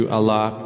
Allah